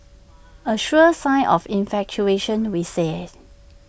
A sure sign of infatuation we say